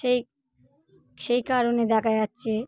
সে সেই কারণে দেখা যাচ্ছে